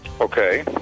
Okay